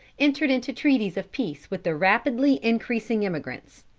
entered into treaties of peace with the rapidly-increasing emigrants.